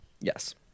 Yes